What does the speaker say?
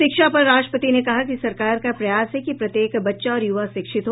शिक्षा पर राष्ट्रपति ने कहा कि सरकार का प्रयास है कि प्रत्येक बच्चा और युवा शिक्षित हो